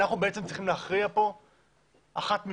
אנו צריכים להכריע פה אחת משלוש,